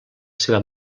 seva